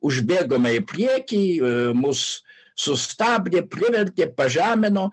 užbėgome į priekį mus sustabdė privertė pažemino